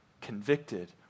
convicted